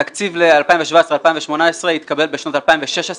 התקציב ל-2018-2017 התקבל בשנת 2016,